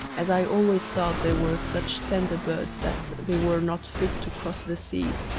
as i always thought they were such tender birds that they were not fit to cross the seas.